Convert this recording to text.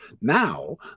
Now